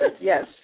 yes